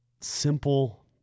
simple